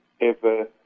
ever-